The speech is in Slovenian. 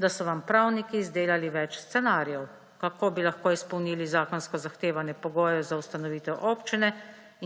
da so vam pravniki izdelali več scenarijev, kako bi lahko izpolnili zakonsko zahtevane pogoje za ustanovitev občine,